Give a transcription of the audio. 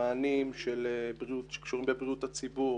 המענים שקשורים בבריאות הציבור,